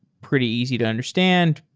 pretty easy to understand.